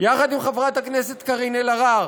יחד עם חברת הכנסת קארין אלהרר.